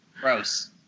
Gross